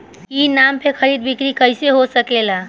ई नाम पर खरीद बिक्री कैसे हो सकेला?